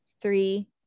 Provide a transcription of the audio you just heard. three